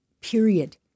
period